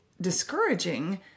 discouraging